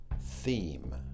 theme